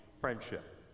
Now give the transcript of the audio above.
friendship